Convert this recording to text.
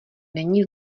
není